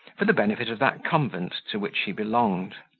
for the benefit of that convent to which he belonged.